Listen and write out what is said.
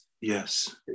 yes